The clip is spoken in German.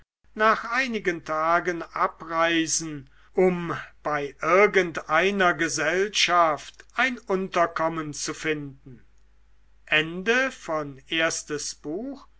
nach einigen tagen abreisen um bei irgendeiner gesellschaft ein unterkommen zu finden